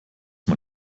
man